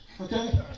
Okay